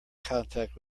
contact